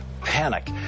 panic